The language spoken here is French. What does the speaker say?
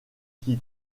qui